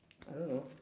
I don't know